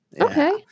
Okay